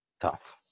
tough